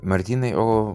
martynai o